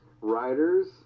Riders